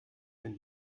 wenn